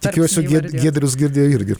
tikiuosi giedrius girdėjo irgi